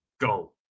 go